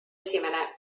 esimene